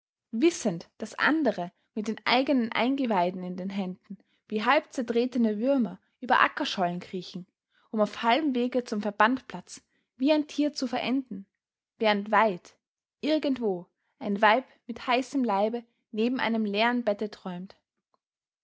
wissend daß andere mit den eigenen eingeweiden in den händen wie halbzertretene würmer über ackerschollen kriechen um auf halbem wege zum verbandplatz wie ein tier zu verenden während weit irgendwo ein weib mit heißem leibe neben einem leeren bette träumt